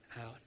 out